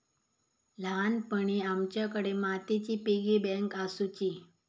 ल्हानपणी आमच्याकडे मातीची पिगी बँक आसुची